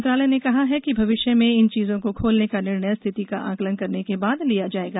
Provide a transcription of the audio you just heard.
मंत्रालय ने कहा है कि भविष्य में इन चीज़ों को खोलने का निर्णय स्थिति का आकलन करने के बाद लिया जाएगा